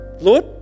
Lord